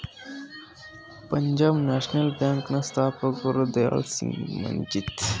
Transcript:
Punjab national bank ನ ಸ್ಥಾಪಕರು ದಯಾಳ್ ಸಿಂಗ್ ಮಜಿತಿಯ